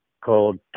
called